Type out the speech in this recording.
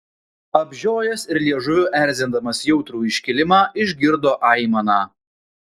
apžiojęs ir liežuviu erzindamas jautrų iškilimą išgirdo aimaną